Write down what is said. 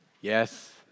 yes